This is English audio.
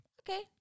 Okay